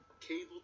Cable